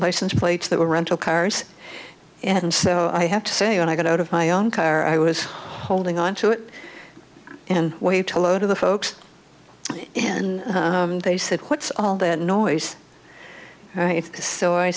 license plates that were rental cars and so i have to say when i got out of my own car i was holding on to it and wave hello to the folks and they said what's all that noise right so i